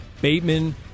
bateman